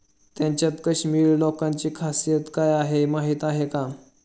त्यांच्यात काश्मिरी लोकांची खासियत काय आहे माहीत आहे का?